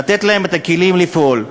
לתת להם את הכלים לפעול.